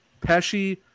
Pesci